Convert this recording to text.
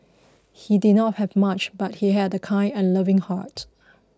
he did not have much but he had a kind and loving heart